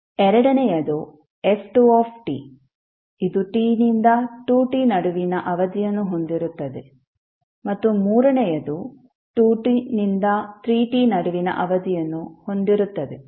ಎರಡನೆಯದು f2t ಇದು t ನಿಂದ 2t ನಡುವಿನ ಅವಧಿಯನ್ನು ಹೊಂದಿರುತ್ತದೆ ಮತ್ತು ಮೂರನೆಯದು 2t ನಿಂದ 3t ನಡುವಿನ ಅವಧಿಯನ್ನು ಹೊಂದಿರುತ್ತದೆ